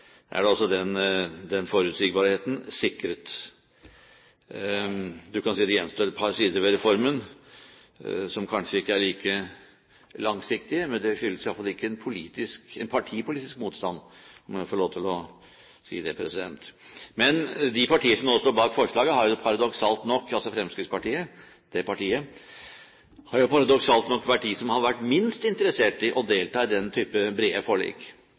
forutsigbarheten sikret. Du kan si at det gjenstår et par sider ved reformen som kanskje ikke er like langsiktige, men det skyldes i alle fall ikke en partipolitisk motstand. Jeg må få lov til å si det. Det partiet som nå står bak forslaget, Fremskrittspartiet, har paradoksalt nok vært det som har vært minst interessert i å delta i denne typen brede forlik.